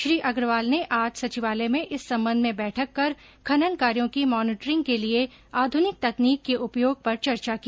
श्री अग्रवाल ने आज सचिवालय में इस संबंध में बैठक कर खनन कार्यो की मॉनिटरिंग के लिए आध्निक तकनीक के उपयोग पर चर्चा की